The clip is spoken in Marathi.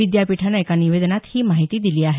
विद्यापीठानं एका निवेदनात ही माहिती दिली आहे